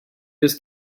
this